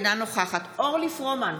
אינה נוכחת אורלי פרומן,